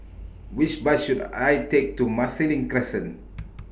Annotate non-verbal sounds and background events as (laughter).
Which Bus should I Take to Marsiling Crescent (noise)